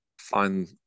Find